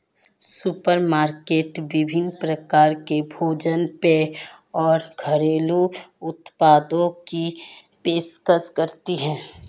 supermarket विभिन्न प्रकार के भोजन पेय और घरेलू उत्पादों की पेशकश करती है